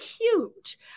huge